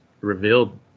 revealed